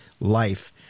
life